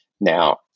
Now